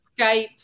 Skype